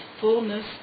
fullness